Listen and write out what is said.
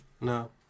No